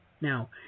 Now